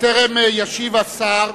בטרם ישיב השר,